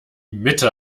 mitte